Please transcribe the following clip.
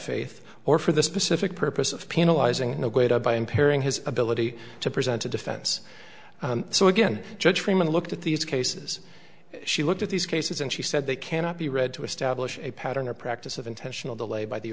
faith or for the specific purpose of penalizing a great a by impairing his ability to present a defense so again judge freeman looked at these cases she looked at these cases and she said they cannot be read to establish a pattern or practice of intentional delay by the